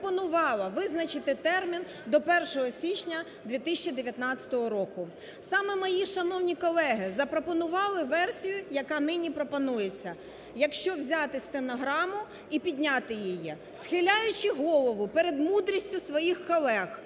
визначити термін "до 1 січня 2019 року". Саме мої шановні колеги запропонували версію, яка нині пропонується, якщо взяти стенограму і підняти її. Схиляючи голову перед мудрістю своїх колег,